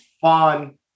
fun